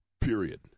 period